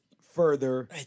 further